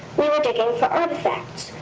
we were digging for artifacts.